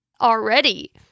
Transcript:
already